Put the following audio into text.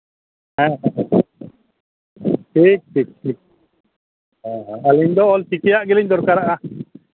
ᱦᱮᱸ ᱴᱷᱤᱠ ᱴᱷᱤᱠ ᱦᱮᱸ ᱦᱮᱸ ᱟᱹᱞᱤᱧ ᱫᱚ ᱚᱞ ᱪᱤᱠᱤᱭᱟᱜ ᱜᱮᱞᱤᱧ ᱫᱚᱨᱠᱟᱨᱟᱜᱼᱟ